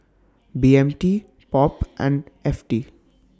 B M T POP and F T